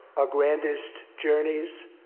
ah grandest journeys